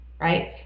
right